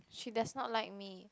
she does not like me